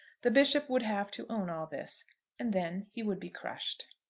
the bishop would have to own all this and then he would be crushed.